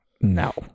No